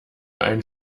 ein